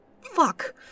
Fuck